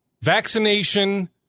vaccination